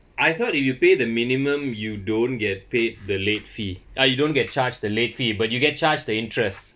I thought if you pay the minimum you don't get paid the late fee uh you don't get charged the late fee but you get charged the interest